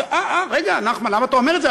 אז אומרים: רגע, נחמן, למה אתה אומר את זה?